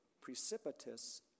precipitous